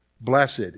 Blessed